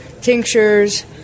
tinctures